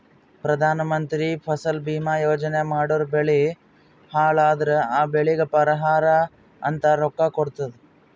ಪ್ರಧಾನ ಮಂತ್ರಿ ಫಸಲ ಭೀಮಾ ಯೋಜನಾ ಮಾಡುರ್ ಬೆಳಿ ಹಾಳ್ ಅದುರ್ ಆ ಬೆಳಿಗ್ ಪರಿಹಾರ ಅಂತ ರೊಕ್ಕಾ ಕೊಡ್ತುದ್